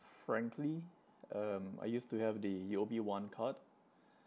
frankly um I used to have the U_O_B one card